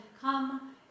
come